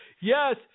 Yes